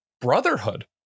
Brotherhood